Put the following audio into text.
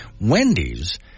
Wendy's